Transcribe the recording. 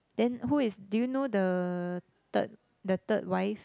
then who is do you know the third the third wife